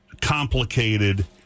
complicated